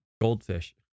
goldfish